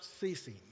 ceasing